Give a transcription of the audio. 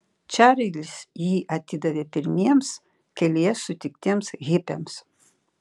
čarlis jį atidavė pirmiems kelyje sutiktiems hipiams